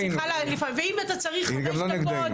ואם אתה צריך חמש דקות,